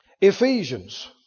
Ephesians